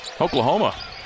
Oklahoma